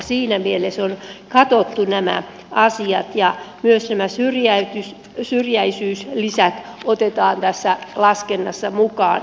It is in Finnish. siinä mielessä on katsottu nämä asiat ja myös nämä syrjäisyyslisät otetaan tässä laskennassa mukaan